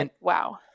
Wow